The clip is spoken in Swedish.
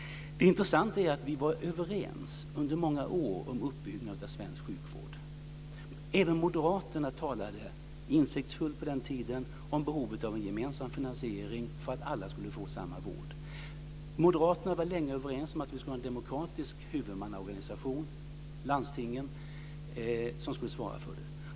Det intressanta är att vi under många år var överens om uppbyggnaden av svensk sjukvård. Även Moderaterna talade insiktsfullt på den tiden om behovet av en gemensam finansiering för att alla skulle få samma vård. Moderaterna var länge överens om att vi skulle ha en demokratisk huvudmannaorganisation och att det var landstingen som skulle svara för den.